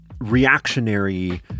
reactionary